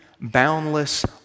boundless